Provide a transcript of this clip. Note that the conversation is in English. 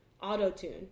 auto-tune